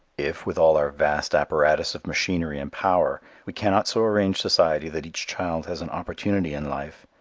if, with all our vast apparatus of machinery and power, we cannot so arrange society that each child has an opportunity in life,